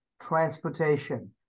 transportation